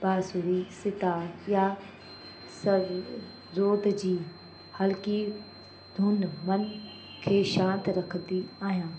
बांसुरी सितार या सरोद जी हल्की धुन मन खे शांति रखंदी आहियां